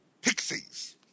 pixies